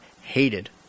hated